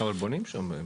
אבל בונים שם בחיפה?